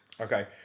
Okay